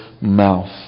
mouth